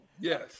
Yes